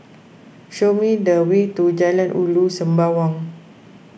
show me the way to Jalan Ulu Sembawang